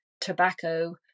tobacco